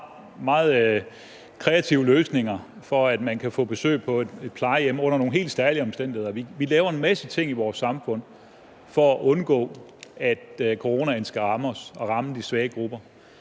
nogle meget kreative løsninger, så man kan få besøg på et plejehjem under nogle helt særlige omstændigheder. Vi laver en masse ting i vores samfund for at undgå, at coronaen skal ramme os og ramme de svage grupper.